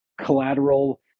collateral